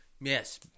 Yes